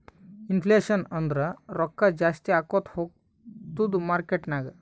inflation ಅಂದುರ್ ರೊಕ್ಕಾ ಜಾಸ್ತಿ ಆಕೋತಾ ಹೊತ್ತುದ್ ಮಾರ್ಕೆಟ್ ನಾಗ್